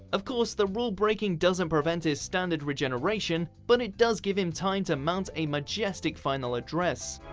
of course, the rule-breaking doesn't prevent his standard regeneration, but it does give him time to mount a majestic final address.